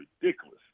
ridiculous